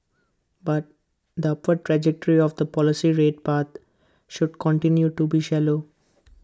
but the upward trajectory of the policy rate path should continue to be shallow